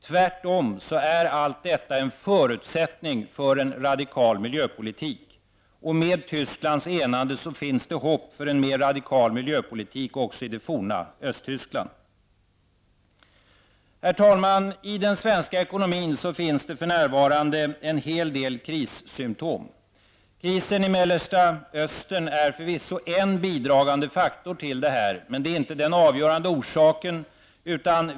Allt detta är tvärtom en förutsättning för en radikal miljöpolitik, och i och med Tysklands enande finns det hopp för en radikal miljöpolitik också i det forna Östtyskland. Herr talman! Det finns i den svenska ekonomin för närvarande en hel del krissymptom. Krisen i Mellersta Östern är förvisso en bidragande faktor, men det är inte den avgörande orsaken.